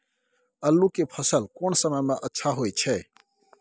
आलू के फसल कोन समय में अच्छा होय छै?